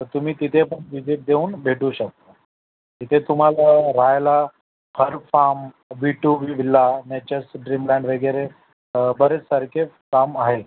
तर तुम्ही तिथे पण विझिट देऊन भेटू शकता तिथे तुम्हाला रहायला फरफार्म B to B villa nature's dreamland वगैरे बरेच सारखे फार्म आहेत